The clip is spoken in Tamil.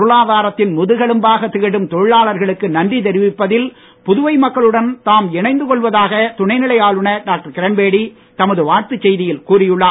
பொருளாதாரத்தின் முதுகெலும்பாகத் திகழும் தொழிலாளர்களுக்கு நன்றி தெரிவிப்பதில் புதுவை மக்களுடன் தாம் இணைந்து கொள்வதாக துணைநிலை ஆளுநர் டாக்டர் கிரண்பேடி தமது வாழ்த்து செய்தியில் கூறியுள்ளார்